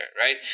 right